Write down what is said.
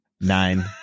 Nine